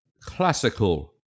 classical